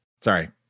sorry